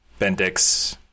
Bendix